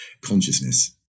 consciousness